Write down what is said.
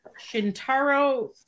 Shintaro